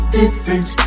different